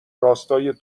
راستای